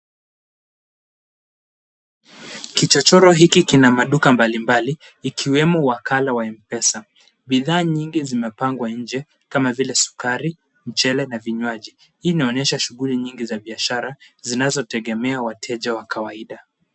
Kichachoro hiki kina maduka mbalimbali, ikiwemo wakala wa M-Pesa. Bidhaa nyingi zimepangwa nje kama vile sukari, mchele, na vinywaji. Hii inaonesha shughuli nyingi za biashara zinazotegemea wateja wa kawaida.